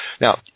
Now